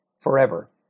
forever